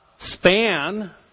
span